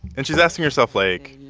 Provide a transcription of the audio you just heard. and she's asking herself, like,